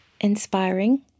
Inspiring